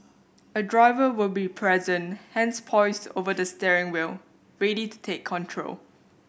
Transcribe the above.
a driver will be present hands poised over the steering wheel ready to take control